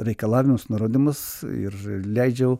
reikalavimus nurodymus ir leidžiau